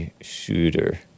Shooter